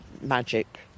magic